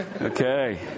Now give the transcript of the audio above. Okay